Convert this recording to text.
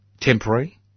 Temporary